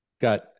got